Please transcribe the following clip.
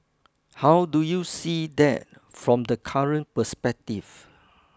how do you see that from the current perspective